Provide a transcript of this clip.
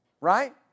Right